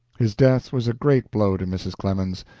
his death was a great blow to mrs. clemens,